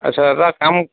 আচ্ছা এটা কাম